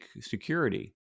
Security